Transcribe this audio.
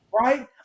right